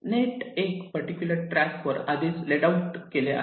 net 1 particular track वर आधीच laid out केले आहे